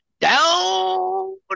Down